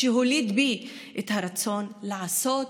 שהוליד בי את הרצון לעשות ולשנות.